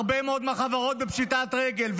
הרבה מאוד מהחברות בפשיטת רגל.